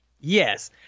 Yes